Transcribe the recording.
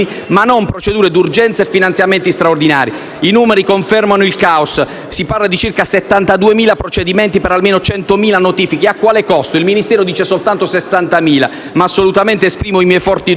procedure d'urgenza e finanziamenti straordinari. I numeri confermano il *caos*: si parla di circa 72.000 procedimenti per almeno 100.000 notifiche: a quale costo? Il Ministero dice soltanto 60.000 euro, ma assolutamente esprimo i miei forti dubbi.